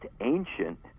ancient